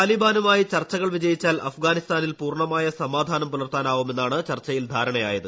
താലിബാനുമായി സമാധാന ചർച്ചകൾ വിജയിച്ചാൽ അഫ്ഗാനിസ്ഥാനിൽ പൂർണ്ണമായ സമാധാനം പുലർത്താനാവുമെന്നാണ് ചർച്ചയിൽ ധാരണ യായത്